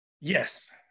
Yes